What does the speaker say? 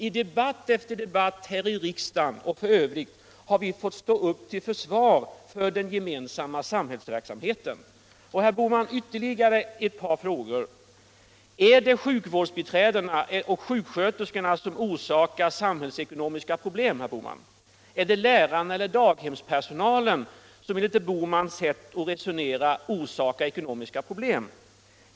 I debatt efter debatt här i riksdagen har vi fått stå upp till försvar för den gemensamma samhällsverksamheten. Ytterligare ett par frågor: Är det sjukvårdsbiträdena och sjuksköterskorna som orsakar samhällsekonomiska problem, herr Bohman? Är det lärarna eller daghemspersonalen som enligt herr Bohmans sätt att resonera orsakar ekonomiska problem?